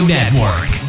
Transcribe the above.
Network